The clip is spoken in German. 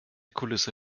kulisse